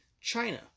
China